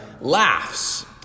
laughs